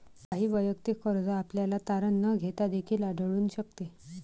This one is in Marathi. काही वैयक्तिक कर्ज आपल्याला तारण न घेता देखील आढळून शकते